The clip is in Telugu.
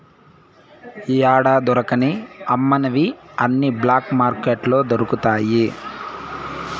యాడా దొరకని అమ్మనివి అన్ని బ్లాక్ మార్కెట్లో దొరుకుతాయి